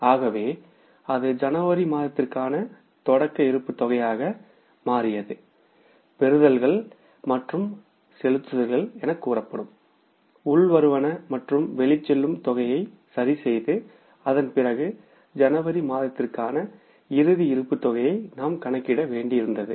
ஆகவே அது ஜனவரி மாதத்திற்கான தொடக்க இருப்பு தொகையாக மாறியது பெறுதல்கள் மற்றும் செலுத்துதல்கள் என கூறப்படும் உள்வருவன மற்றும் வெளிச்செல்லும் தொகையை சரிசெய்து அதன்பிறகு ஜனவரி மாதத்திற்கான இறுதி இருப்பு தொகையை நாம் கணக்கிட வேண்டியிருந்தது